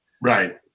Right